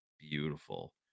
beautiful